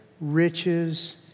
riches